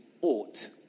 ought